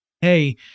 Hey